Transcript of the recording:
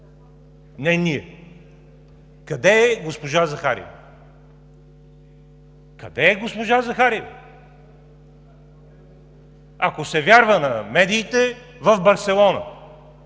не ние. Къде е госпожа Захариева? Къде е госпожа Захариева? Ако се вярва на медиите, в Барселона.